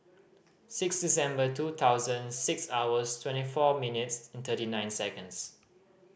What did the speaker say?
six December two thousand six hours twenty four minutes thirty nine seconds